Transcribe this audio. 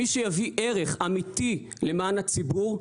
מי שיביא ערך אמיתי למען הציבור,